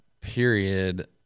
period